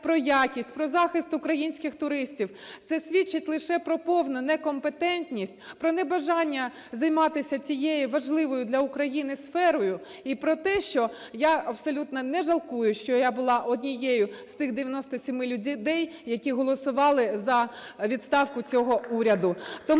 про якість, про захист українських туристів. Це свідчить лише про повну некомпетентність, про небажання займатися цією важливою для України сферою і про те, що я абсолютно не жалкую, що я була однією з тих 97 людей, які голосували за відставку цього уряду.